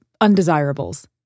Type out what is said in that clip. undesirables